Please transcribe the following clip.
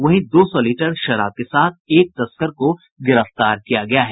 वहीं दो सौ लीटर शराब के साथ एक तस्कर को गिरफ्तार किया गया है